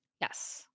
yes